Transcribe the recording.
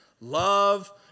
Love